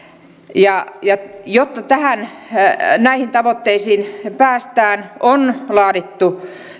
jotta näihin tavoitteisiin päästään on laadittu